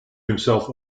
himself